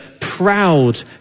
proud